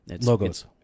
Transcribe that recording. Logos